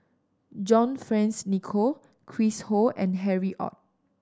John Fearns Nicoll Chris Ho and Harry Ord